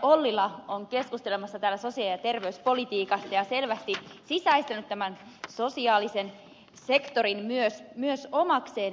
ollila on keskustelemassa täällä sosiaali ja terveyspolitiikasta ja selvästi sisäistänyt tämän sosiaalisen sektorin myös omakseen